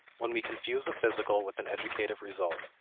when we confuse a physical with an educative result,